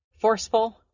forceful